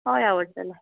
हय आवडटले